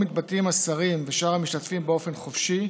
שבו מתבטאים השרים ושאר המשתתפים באופן חופשי,